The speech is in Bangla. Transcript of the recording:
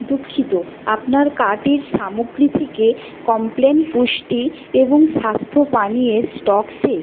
দুঃখিত আপনার কার্টের সামগ্রী থেকে কমপ্ল্যান পুষ্টি এবং স্বাস্থ্য পানীয়ের স্টক শেষ